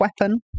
weapon